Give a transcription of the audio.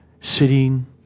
sitting